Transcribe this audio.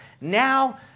Now